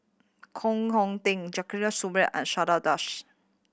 Koh Hoon Teck and Chandra Das